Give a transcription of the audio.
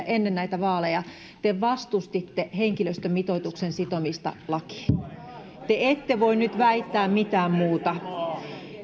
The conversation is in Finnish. ennen näitä vaaleja te vastustitte henkilöstömitoituksen sitomista lakiin te ette voi nyt väittää mitään muuta